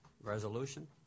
resolution